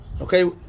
okay